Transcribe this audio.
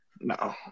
No